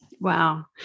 Wow